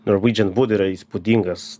norwegian wood yra įspūdingas